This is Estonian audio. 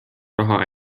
raha